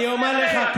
אני אומר לך,